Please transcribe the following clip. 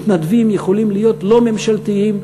מתנדבים יכולים להיות לא ממשלתיים.